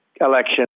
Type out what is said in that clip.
election